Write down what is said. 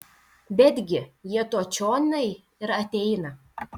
betgi jie to čionai ir ateina